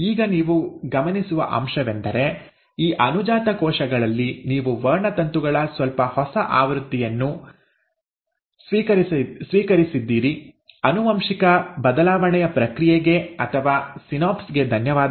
ಈಗ ನೀವು ಗಮನಿಸುವ ಅಂಶವೆಂದರೆ ಈ ಅನುಜಾತ ಕೋಶಗಳಲ್ಲಿ ನೀವು ವರ್ಣತಂತುಗಳ ಸ್ವಲ್ಪ ಹೊಸ ಆವೃತ್ತಿಯನ್ನು ಸ್ವೀಕರಿಸಿದ್ದೀರಿ ಆನುವಂಶಿಕ ಬದಲಾವಣೆಯ ಪ್ರಕ್ರಿಯೆಗೆ ಅಥವಾ ಸಿನಾಪ್ಸ್ ಗೆ ಧನ್ಯವಾದಗಳು